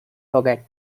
forget